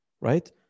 right